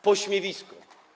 Pośmiewisko.